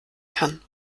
kann